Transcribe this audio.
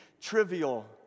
trivial